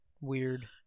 weird